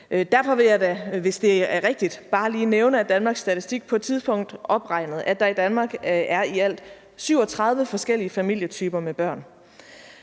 Derfor vil jeg da, hvis det er rigtigt, bare lige nævne, at Danmarks Statistik på et tidspunkt opregnede, at der i Danmark er i alt 37 forskellige familietyper med børn.